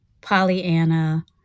Pollyanna